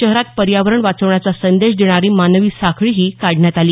शहरात पर्यावरण वाचवण्याचा संदेश देणारी मानवी साखळीही काढण्यात आली